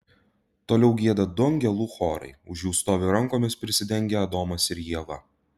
toliau gieda du angelų chorai už jų stovi rankomis prisidengę adomas ir ieva